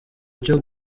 cyo